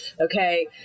okay